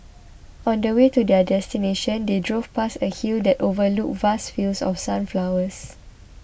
on the way to their destination they drove past a hill that overlooked vast fields of sunflowers